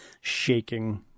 shaking